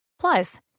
Plus